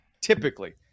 typically